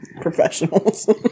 Professionals